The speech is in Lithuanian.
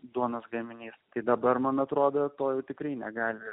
duonos gaminys tai dabar man atrodo toji tikrai negali